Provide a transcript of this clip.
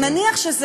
נניח,